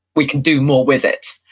we can do more with it.